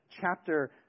chapter